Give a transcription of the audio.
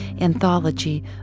anthology